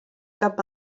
cap